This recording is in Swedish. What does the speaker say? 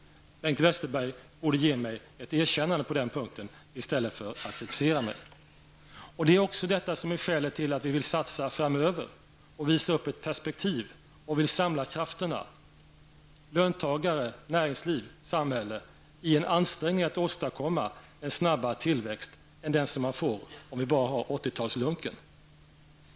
Bengt Westerberg borde ge mig ett erkännande på den punkten i stället för att kritisera mig. Det är också detta som är skälet till att vi vill satsa framöver, visa upp ett perspektiv och samla krafterna -- löntagare, näringsliv och samhälle -- i en ansträngning att åstadkomma en snabbare tillväxt än den som man får om man bara har 80 talslunken.